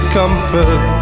comfort